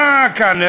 מה כאן,